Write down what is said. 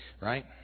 Right